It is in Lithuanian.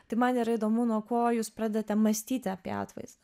tai man yra įdomu nuo ko jūs pradedate mąstyti apie atvaizdą